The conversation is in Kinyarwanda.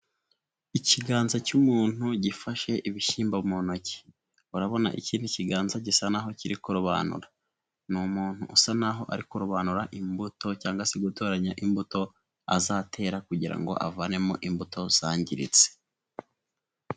Ikiganza cy'umuntu gifashe ibishyimbo mu ntoki, urabona ikindi kiganza gisa naho kiri kurobanura, ni umuntu usa n'aho ari kurobanura imbuto, cyangwa se gutoranya imbuto azatera kugira ngo avanemo imbuto zangiritse.